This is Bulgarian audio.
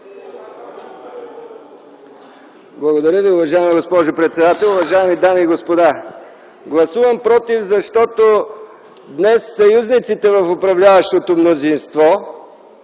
Благодаря, уважаема госпожо председател. Уважаеми дами и господа, гласувам против, защото днес съюзниците в управляващото мнозинство,